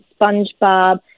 SpongeBob